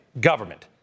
government